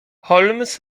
holmes